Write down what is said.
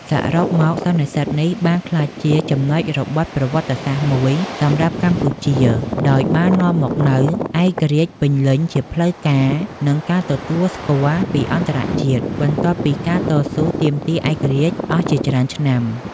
សរុបមក សន្និសីទនេះបានក្លាយជាចំណុចរបត់ប្រវត្តិសាស្ត្រមួយសម្រាប់កម្ពុជា ដោយបាននាំមកនូវ ឯករាជ្យពេញលេញជាផ្លូវការ និងការទទួលស្គាល់ពីអន្តរជាតិ បន្ទាប់ពីការតស៊ូទាមទារឯករាជ្យអស់ជាច្រើនឆ្នាំ។